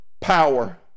power